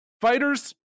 fighters